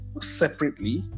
separately